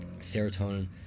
serotonin